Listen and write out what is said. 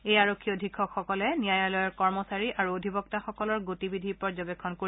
এই আৰক্ষী অধীক্ষকসকলে ন্যায়ালয়ৰ কৰ্মচাৰী আৰু অধিবক্তাসকলৰ গতিবিধি পৰ্যবেক্ষণ কৰিব